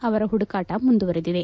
ಅವರ ಹುಡುಕಾಟ ಮುಂದುವರೆದಿದೆ